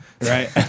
Right